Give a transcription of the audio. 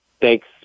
thanks